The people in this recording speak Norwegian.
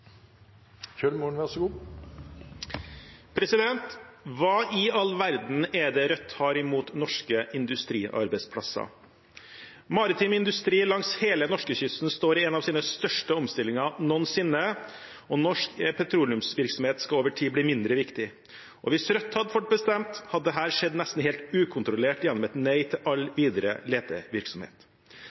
det Rødt har imot norske industriarbeidsplasser? Maritim industri langs hele norskekysten står i en av sine største omstillinger noensinne, og norsk petroleumsvirksomhet skal over tid bli mindre viktig. Hvis Rødt hadde fått bestemme, hadde dette skjedd nesten helt ukontrollert gjennom et nei til all videre letevirksomhet.